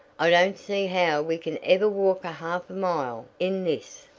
i don't see how we can ever walk a half mile in this?